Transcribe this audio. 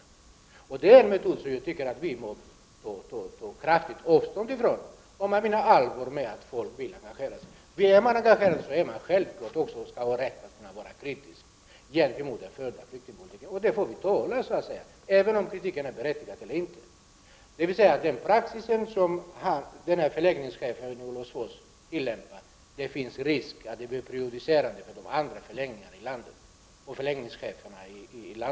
Detta är en metod som jag tycker att vi kraftigt skall ta avstånd från om vi menar allvar med att människor skall engagera sig. Blir man engagerad har man självklart också rätten att vara kritisk gentemot den förda flyktingpolitiken. Det får vi tåla vare sig kritiken är berättigad eller inte. Det finns en risk för att den praxis som förläggningschefen i Olofsfors tilllämpar blir prejudicerande vid de andra förläggningarna i landet.